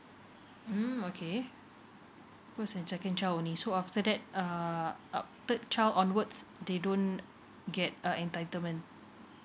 mm okay first and second child only so after that uh third child onwards they don't get uh entitlement